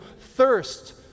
thirst